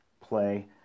play